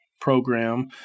program